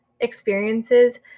experiences